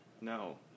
no